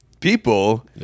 People